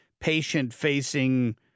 patient-facing